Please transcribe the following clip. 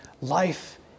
life